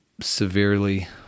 severely